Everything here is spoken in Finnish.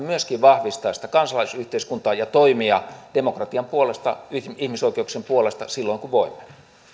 on myöskin vahvistaa sitä kansalaisyhteiskuntaa ja toimia demokratian puolesta ihmisoikeuksien puolesta silloin kun voimme